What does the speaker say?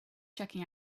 checking